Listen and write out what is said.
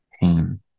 pain